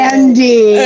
Andy